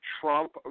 Trump